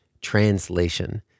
translation